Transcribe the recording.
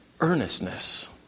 Earnestness